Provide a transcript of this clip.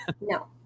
No